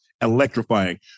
electrifying